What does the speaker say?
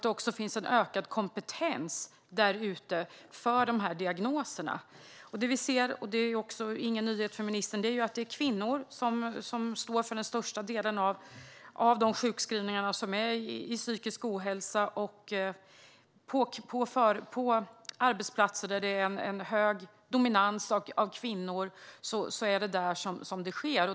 Det vi ser, vilket inte är någon nyhet för ministern, är att det är kvinnor som står för den största delen av sjukskrivningarna på grund av psykisk ohälsa. Det är på arbetsplatser där det är en hög dominans av kvinnor som det sker.